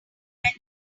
when